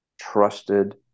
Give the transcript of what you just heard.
trusted